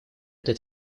этой